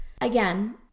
Again